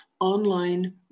online